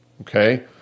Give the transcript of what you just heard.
Okay